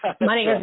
Money